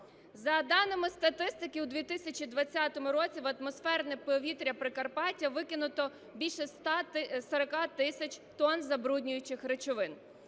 За даними статистики, у 2020 році в атмосферне повітря Прикарпаття викинуто більше 40 тисяч тонн забруднюючих речовин.